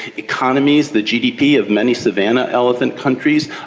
economies, the gdp of many savannah elephant countries,